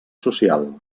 social